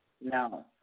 No